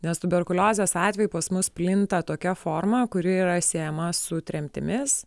nes tuberkuliozės atvejai pas mus plinta tokia forma kuri yra siejama su tremtimis